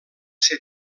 ser